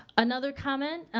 another comment,